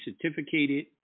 certificated